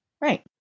Right